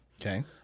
Okay